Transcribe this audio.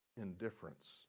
Indifference